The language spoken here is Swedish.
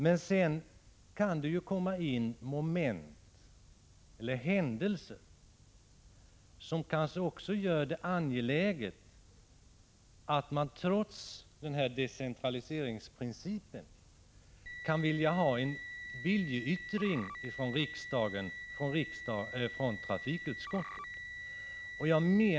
Men sedan kan det komma in moment -— eller händelser — som kanske också gör det angeläget att man trots denna decentraliseringsprincip kan få en viljeyttring från riksdagens trafikutskott.